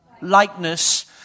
likeness